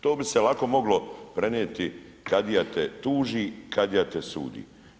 To bi se lako moglo prenijeti kadija te tuži, kadija te sudi.